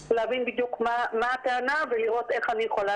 להבין בדיוק מה הטענה ולראות איך אני יכולה